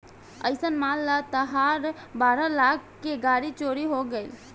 अइसन मान ल तहार बारह लाख के गाड़ी चोरी हो गइल